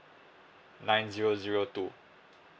nine zero zero two